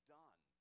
done